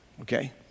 okay